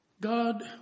God